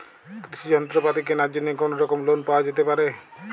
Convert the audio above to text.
কৃষিযন্ত্রপাতি কেনার জন্য কোনোরকম লোন পাওয়া যেতে পারে?